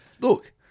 Look